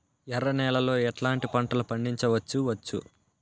ఎర్ర నేలలో ఎట్లాంటి పంట లు పండించవచ్చు వచ్చు?